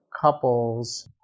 couples